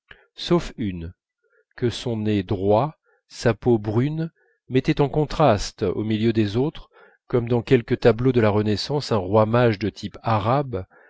sauf une que son nez droit sa peau brune mettait en contraste au milieu des autres comme dans quelque tableau de la renaissance un roi mage de type arabe